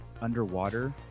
underwater